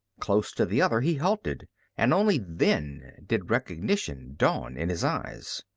close to the other he halted and only then did recognition dawn in his eyes.